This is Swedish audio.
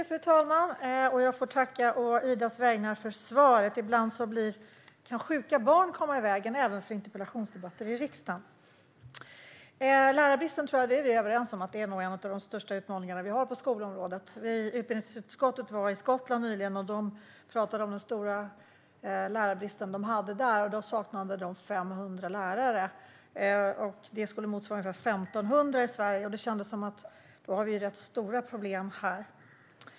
Fru talman! Jag får tacka å Ida Drougges vägnar för svaret. Ibland kan sjuka barn komma i vägen även för interpellationsdebatter i riksdagen. Jag tror att vi är överens om att lärarbristen är en av de största utmaningarna vi har på skolområdet. Utbildningsutskottet var nyligen i Skottland. De talade om den stora lärarbrist de hade där. De saknade 500 lärare. Det skulle motsvara ungefär 1 500 i Sverige. Det kändes som att vi har rätt stora problem här.